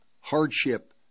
hardship